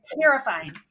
terrifying